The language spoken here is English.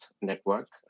Network